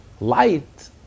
Light